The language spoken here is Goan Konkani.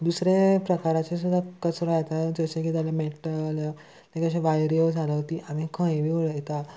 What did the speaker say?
दुसरे प्रकाराचे सुद्दां कचरो येता जशें की जाल्यार मेटल अश्यो वायऱ्यो जालो ती आमी खंय बी उडयता